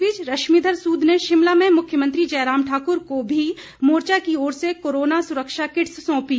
इस बीच रश्मीधर सूद ने शिमला में मुख्यमंत्री जयराम ठाकर को भी मोर्चा की ओर से कोरोना सुरक्षा किट्स सौंपी